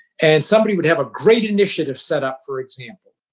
and somebody would have a great initiative set up, for example.